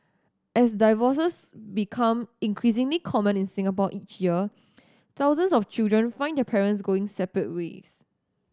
as divorces become increasingly common in Singapore each year thousands of children find their parents going separate ways